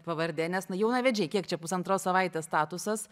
pavardė nes na jaunavedžiai kiek čia pusantros savaitės statusas